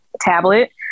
tablet